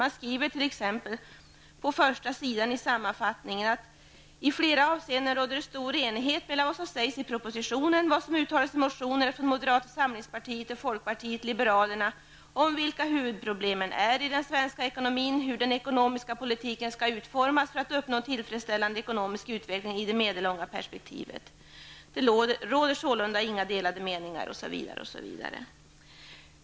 Man skriver t.ex. ''Utskottet konstaterar att det i flera avseenden råder stor enighet mellan vad som sägs i propositionen och vad som uttalas i motionerna från moderata samlingspartiet och folkpartiet liberalerna om vilka huvudproblemen är i den svenska ekonomin och hur den ekonomiska politiken skall utformas för att uppnå en tillfredsställande ekonomisk utveckling i det medellånga perspektivet. Det råder sålunda inga delade meningar'' osv. osv.